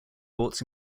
ports